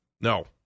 No